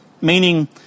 meaning